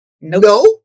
no